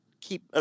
keep